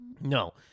No